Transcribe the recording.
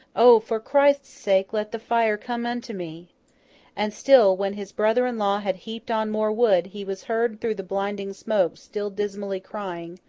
o! for christ's sake let the fire come unto me and still when his brother-in-law had heaped on more wood, he was heard through the blinding smoke, still dismally crying,